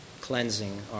cleansing